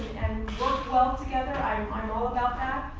and work well together. i'm i'm all about that,